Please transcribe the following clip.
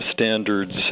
standards